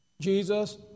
Jesus